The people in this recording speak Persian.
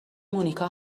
مونیکا